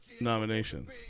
nominations